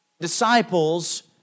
disciples